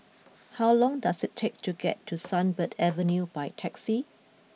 how long does it take to get to Sunbird Avenue by taxi